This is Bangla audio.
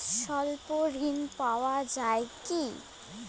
স্বল্প ঋণ পাওয়া য়ায় কি?